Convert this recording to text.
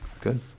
good